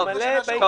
הוא ממלא באינטרנט.